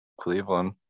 Cleveland